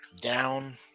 Down